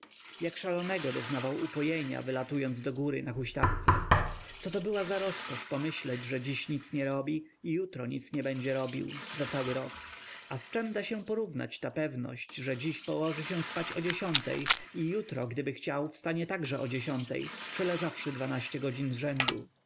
jak szalonego doznawał upojenia wylatując do góry na huśtawce coto była za rozkosz pomyśleć że dziś nic nie robi i jutro nic nie będzie robił za cały rok a z czem da się porównać ta pewność że dziś położy się spać o dziesiątej i jutro gdyby chciał wstanie także o dziesiątej przeleżawszy dwanaście godzin zrzędu